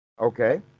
Okay